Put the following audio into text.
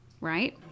right